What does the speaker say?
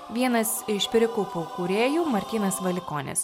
vienas iš perikūpų kūrėjų martynas valikonis